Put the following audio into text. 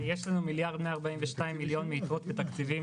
יש לנו מיליארד ו-142 מיליון מיתרות בתקציבים